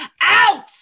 out